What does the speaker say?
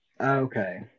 okay